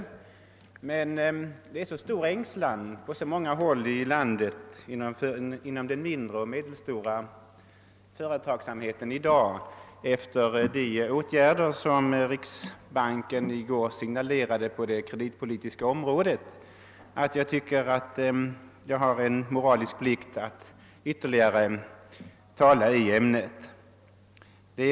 Det rådet emellertid i dag så stor ängslan på många håll i landet inom den mindre och medelstora företagsamheten efter de åtgärder som riksbanken i går signalerade på det kreditpolitiska området, att jag anser mig ha en moralisk plikt att ytterligare tala i ämnet.